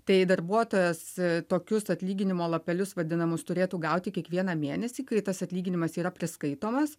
tai darbuotojas tokius atlyginimo lapelius vadinamus turėtų gauti kiekvieną mėnesį kai tas atlyginimas yra priskaitomas